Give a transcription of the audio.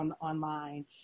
online